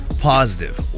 positive